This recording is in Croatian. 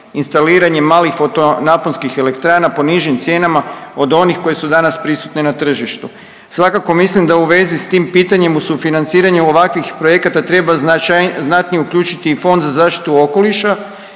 instaliranjem malih foto naponskih elektrana po nižim cijenama od onih koje su danas prisutne na tržištu. Svakako mislim da u vezi s tim pitanjem uz sufinanciranje ovakvih projekata treba znatnije uključiti i Fond za zaštitu okoliša